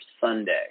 Sunday